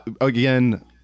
again